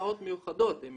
בהסעות מיוחדות עם